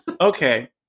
Okay